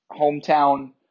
hometown